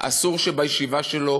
אסור שבישיבה שלו,